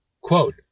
quote